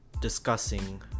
discussing